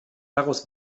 daraus